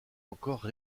encore